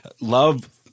love